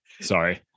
Sorry